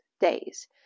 days